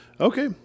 Okay